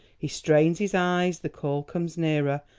he strains his eyes, the call comes nearer,